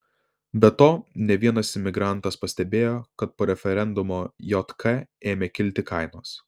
be to ne vienas emigrantas pastebėjo kad po referendumo jk ėmė kilti kainos